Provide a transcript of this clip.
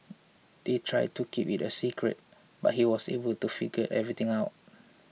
they tried to keep it a secret but he was able to figure everything out